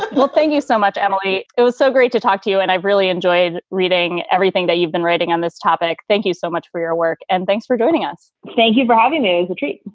but but thank you so much, emily. it was so great to talk to you. and i really enjoyed reading everything that you've been writing on this topic. thank you so much for your work and thanks for joining us. thank you for having me okay.